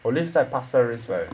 我 live 在 pasir ris right